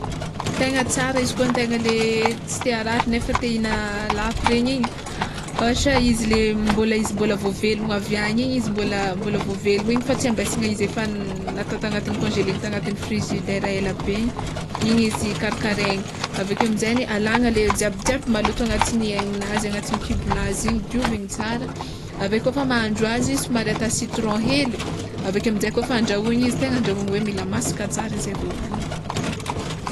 Tegna tsara izy koa antegna le tsy te harary nefa te ihigna lako regny igny, ôhatra izy le mbola izy mbola vao velogno avy any igny izy mbola mbola vao velogno igny fa tsy ambesagna izy efa natao tagnatin'ny nokonzelegny tagnatin'ny frizidera elabe igny igny izy karakaraigny aveke aminjegny alagna le jiabijiaby maloto agnatin'ny aigninazy agnatign'ny kibonazy igny, dioviny tsara aveo kôfa mahandro azy somary atao citron hely aveke aminjay kôfa andrahoigny izy tegna andrahoigny hoe mila masaka tsara zay vao hoagniny.